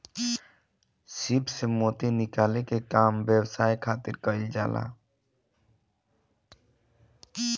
सीप से मोती निकाले के काम व्यवसाय खातिर कईल जाला